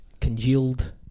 congealed